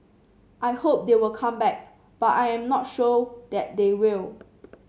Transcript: I hope they will come back but I am not sure that they will